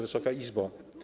Wysoka Izbo!